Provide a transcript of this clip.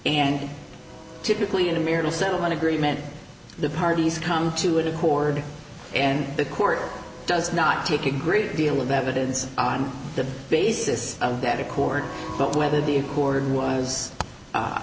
and typically in a miracle settlement agreement the parties come to an accord and the court does not take a great deal of evidence on the basis that a court but whether the accord was